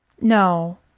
No